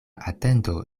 atendo